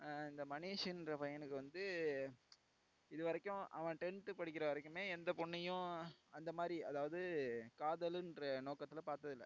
இந்த மணிஷ்ன்ற பையனுக்கு வந்து இதுவரைக்கும் அவன் டென்த் படிக்கிற வரைக்குமே எந்த பொண்ணையும் அந்தமாதிரி அதாவது காதல்ன்ற நோக்கத்தில் பார்த்ததில்ல